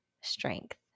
strength